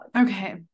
Okay